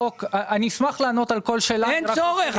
אני אשמח לענות על כל שאלה --- אין צורך,